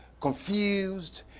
confused